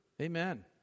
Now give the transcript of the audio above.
Amen